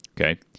Okay